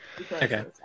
Okay